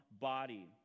body